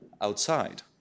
outside